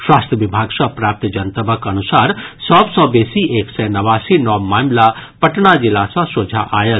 स्वास्थ्य विभाग सँ प्राप्त जनतबक अनुसार सभ सँ बेसी एक सय नवासी नव मामिला पटना जिला सँ सोझा आयल